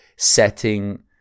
setting